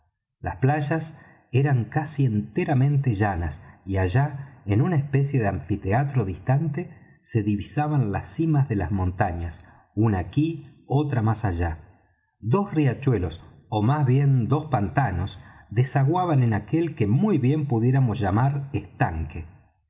las playas eran casi enteramente llanas y allá en una especie de anfiteatro distante se divisaban las cimas de las montañas una aquí otra más allá dos riachuelos ó más bien dos pantanos desaguaban en aquel que muy bien pudiéramos llamar estanque